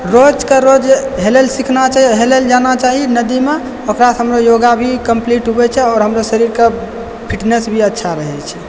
रोजके रोज हेलयलऽ सीखना चाही हेलयलऽ जाना चाही नदीमे ओकरा सङ्गे योगा भी कम्पलीट होइत छै आओर हमरा शरीरके फिटनेस भी अच्छा रहैत छै